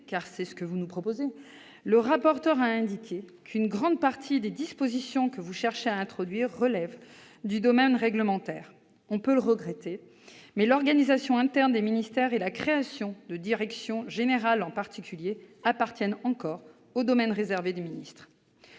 car c'est ce que vous nous proposez, ma chère collègue, le rapporteur a indiqué qu'une grande partie des dispositions que vous cherchez à introduire relèvent du domaine réglementaire. On peut le regretter, mais l'organisation interne des ministères et, en particulier, la création de directions générales appartient encore au domaine réservé des ministres.